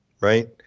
right